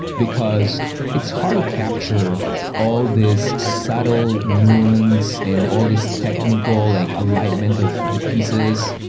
because it's hard to capture all this subtle nuance and all these technical like alignment of the pieces.